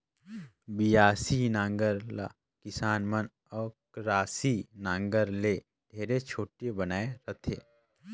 बियासी नांगर ल किसान मन अकरासी नागर ले ढेरे छोटे बनाए रहथे